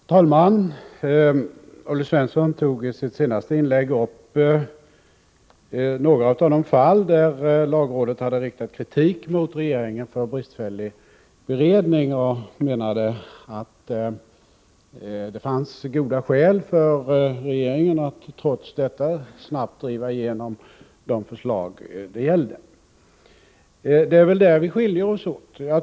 Herr talman! Olle Svensson togi sitt senaste inlägg upp några av de fall, där lagrådet hade riktat kritik mot regeringen för bristfällig beredning. Han menade att det fanns goda skäl för regeringen att trots detta snabbt driva igenom de förslag det gällde. Det är väl där vi skiljer oss åt.